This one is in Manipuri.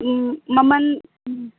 ꯎꯝ ꯃꯃꯜ ꯎꯝ